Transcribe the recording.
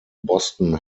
boston